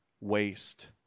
waste